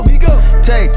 Take